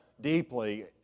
deeply